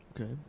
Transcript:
Okay